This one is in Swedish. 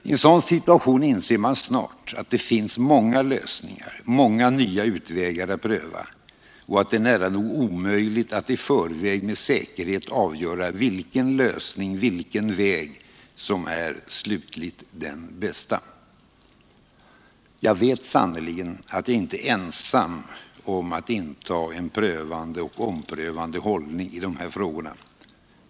I en sådan situation inser man snart att det finns många alternativa lösningar, många nya vägar att pröva, och att det är nära nog omöjligt att i förväg med säkerhet avgöra vilken lösning, vilken väg, som slutligt är den bästa. Jag vet att jag inte är ensam om att inta en prövande och omprövande hållning i dessa frågor.